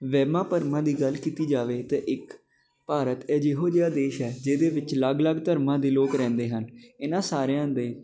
ਵਹਿਮਾਂ ਭਰਮਾਂ ਦੀ ਗੱਲ ਕੀਤੀ ਜਾਵੇ ਤਾਂ ਇੱਕ ਭਾਰਤ ਜਿਹੋ ਜਿਹਾ ਦੇਸ਼ ਹੈ ਜਿਹਦੇ ਵਿੱਚ ਅਲੱਗ ਅਲੱਗ ਧਰਮਾਂ ਦੇ ਲੋਕ ਰਹਿੰਦੇ ਹਨ ਇਹਨਾਂ ਸਾਰਿਆਂ ਦੇ